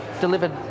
delivered